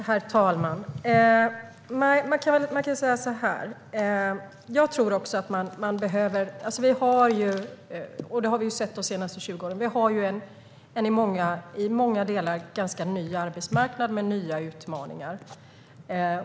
Herr talman! Vi har en i många delar ganska ny arbetsmarknad med nya utmaningar.